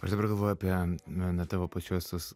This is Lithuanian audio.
aš dabar galvoju apie na tavo pačios